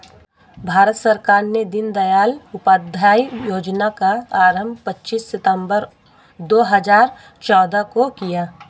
भारत सरकार ने दीनदयाल उपाध्याय योजना का आरम्भ पच्चीस सितम्बर दो हज़ार चौदह को किया